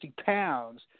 pounds